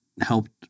helped